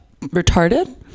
retarded